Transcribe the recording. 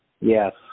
Yes